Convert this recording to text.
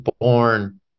born